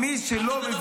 --- אתה מדבר איתו.